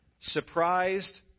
surprised